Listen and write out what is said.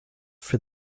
for